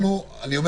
שוב